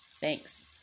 thanks